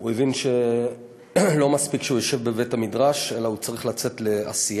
הוא הבין שלא מספיק שהוא ישב בבית-המדרש אלא שהוא צריך לצאת לעשייה,